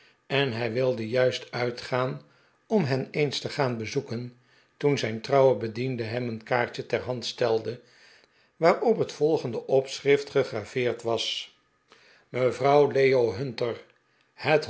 en hij wilde juist uitgaan om hen eens te gaan bezoeken toen zijn trouwe bediende hem een kaartje ter hand stelde waarop het volgende opschrift gegraveerd was mevrouw leo hunter